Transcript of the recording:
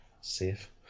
safe